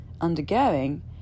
undergoing